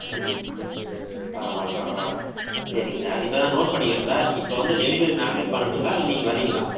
ம் பரவாயில்ல பரவாயில்ல சரி சார் இப்போ அதை நான் நோட் பண்ணிக்கிறேன் சார் இப்போ வந்து டெலிவரி நாங்களே பண்ணட்டுங்ளா இல்லை நீங்கள் வரிங்களா